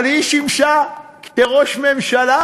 אבל היא שימשה כראש ממשלה: